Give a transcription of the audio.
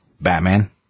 Batman